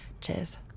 cheers